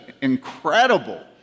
incredible